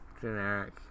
generic